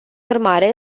urmare